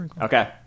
Okay